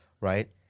right